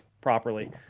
properly